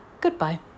Goodbye